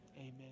Amen